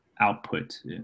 output